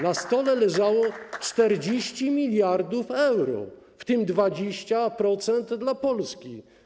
Na stole leżało 40 mld euro, w tym 20% dla Polski.